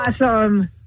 awesome